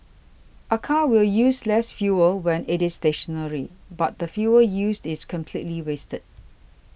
a car will use less fuel when it is stationary but the fuel used is completely wasted